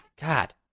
God